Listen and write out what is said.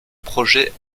projets